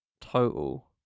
Total